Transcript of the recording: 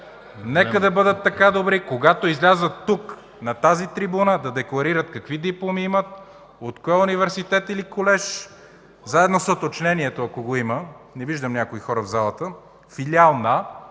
Нека да бъдат така добри, когато излязат тук, на тази трибуна, да декларират какви дипломи имат, от кой университет или колеж, заедно с уточнението, ако го има – не виждам някои хора в залата, „филиал на”,